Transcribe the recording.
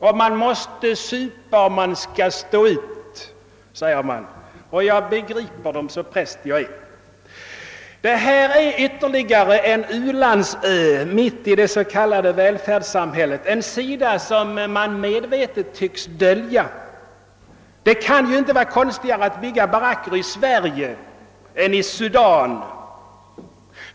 De säger själva att de måste supa för att kunna stå ut, och jag instämmer så präst jag är. Detta är ytterligare en u-landsö mitt i det s.k. välfärdssamhället, en sida som man medvetet tycks dölja. Det kan ju inte vara konstigare att bygga baracker i Sverige än i Sudan.